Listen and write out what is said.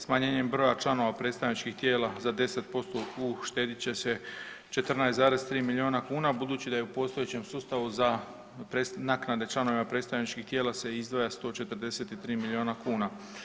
Smanjenjem broja članova predstavničkih tijela za 10% uštedit će se 14,3 milijuna kuna, budući da je u postojećem sustavu za naknade članovima predstavničkih tijela se izdvaja 143 milijuna kuna.